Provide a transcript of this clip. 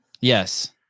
Yes